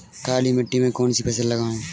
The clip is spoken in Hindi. काली मिट्टी में कौन सी फसल लगाएँ?